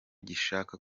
gishaka